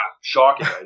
shocking